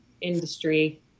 industry